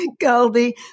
Goldie